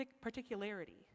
particularity